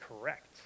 correct